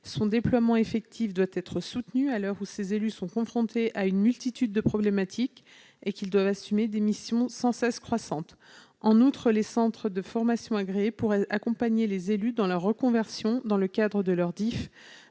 son déploiement effectif doit être soutenu à l'heure où les élus sont confrontés à une multitude de problématiques et doivent assumer des missions en nombre sans cesse croissant. En outre, les centres de formation agréés pourraient accompagner les élus dans leur reconversion dans le cadre de leur DIF